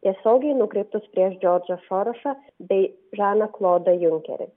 tiesiogiai nukreiptus prieš džordžą sorošą bei žaną klodą junkerį